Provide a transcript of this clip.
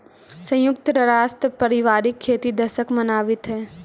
संयुक्त राष्ट्र पारिवारिक खेती दशक मनावित हइ